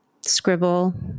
scribble